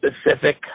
specific